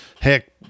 heck